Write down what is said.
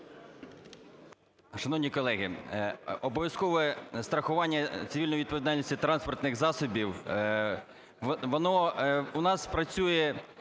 Шановні колеги, обов'язкове страхування цивільної відповідальності транспортних засобів, воно у нас працює